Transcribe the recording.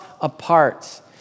apart